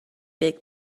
big